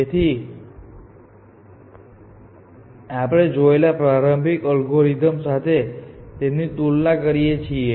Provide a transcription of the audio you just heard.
તેથી ચાલો આપણે જોયેલા પ્રારંભિક અલ્ગોરિધમ સાથે તેની તુલના કરીએ